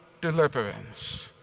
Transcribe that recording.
deliverance